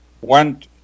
went